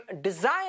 desire